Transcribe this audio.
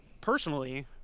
personally